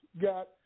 got